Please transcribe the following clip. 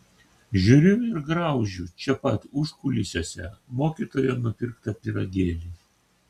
žiūriu ir graužiu čia pat užkulisiuose mokytojo nupirktą pyragėlį